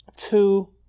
Two